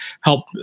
help